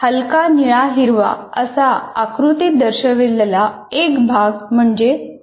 हलका निळा हिरवा असा आकृतीत दर्शविलेला एक भाग म्हणजे थॅलेमस